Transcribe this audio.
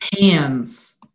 hands